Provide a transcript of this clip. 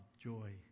joy